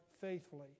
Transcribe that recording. faithfully